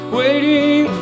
waiting